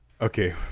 okay